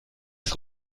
ist